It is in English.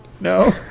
No